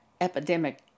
epidemic